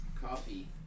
coffee